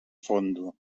fondo